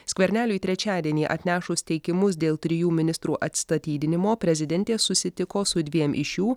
skverneliui trečiadienį atnešus teikimus dėl trijų ministrų atstatydinimo prezidentė susitiko su dviem iš šių